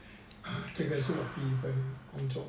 这个是我第一份工作